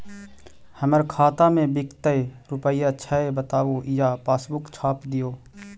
हमर खाता में विकतै रूपया छै बताबू या पासबुक छाप दियो?